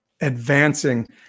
advancing